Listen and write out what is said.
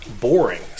Boring